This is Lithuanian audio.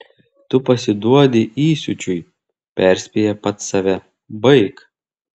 tu pasiduodi įsiūčiui perspėja pats save baik